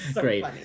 great